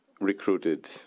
recruited